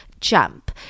jump